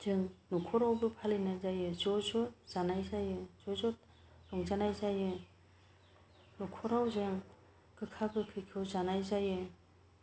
जों न'खरावबो फालिनाय जायो ज' ज' जानाय जायो ज' ज' रंजानाय जायो न'खराव जों गोखा गोखैखौ जानाय जायो